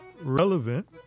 relevant